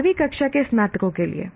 12 कक्षा के स्नातकों के लिए